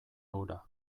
hura